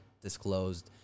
disclosed